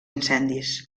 incendis